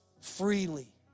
freely